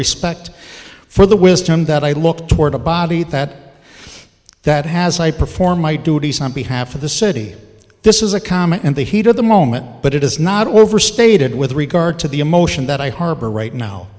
respect for the wisdom that i look toward a body that that has i perform my duties on behalf of the city this is a common and the heat of the moment but it is not overstated with regard to the emotion that i harbor right now